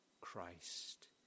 Christ